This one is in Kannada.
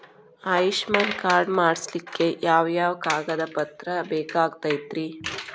ಆಯುಷ್ಮಾನ್ ಕಾರ್ಡ್ ಮಾಡ್ಸ್ಲಿಕ್ಕೆ ಯಾವ ಯಾವ ಕಾಗದ ಪತ್ರ ಬೇಕಾಗತೈತ್ರಿ?